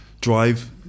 drive